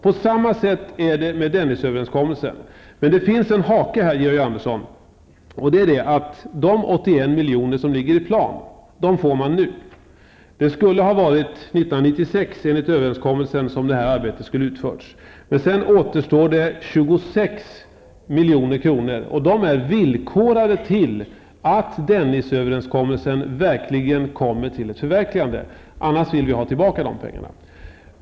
På samma sätt är det med Dennisöverenskommelsen, men det finns en hake här, Georg Andersson, och det är att de 81 milj.kr. som ligger i plan får man nu. Det här arbetet skulle ha utförts 1996 enligt överenskommelsen. Sedan återstår 26 milj.kr. som är villkorade till att Dennis-överenskommelsen verkligen kommer att förverkligas. Annars vill vi ha tillbaka de pengarna.